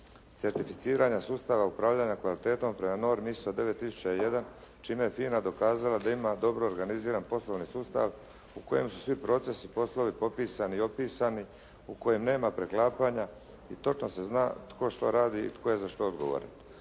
certificiranja sustava upravljanja kvalitetom prema normi ISO 9001, čime je FINA dokazala da ima dobro organiziran poslovni sustav u kojem su svi procesni poslovni potpisani i opisani, u kojem nema preklapanja i točno se zna tko što radi i tko je za što odgovoran.